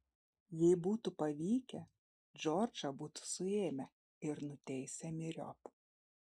jei būtų pavykę džordžą būtų suėmę ir nuteisę myriop